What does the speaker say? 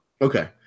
Okay